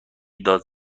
داد